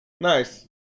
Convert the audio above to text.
Nice